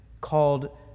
called